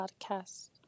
podcast